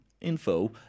info